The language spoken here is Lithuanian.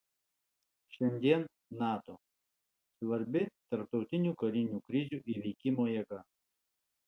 šiandien nato svarbi tarptautinių karinių krizių įveikimo jėga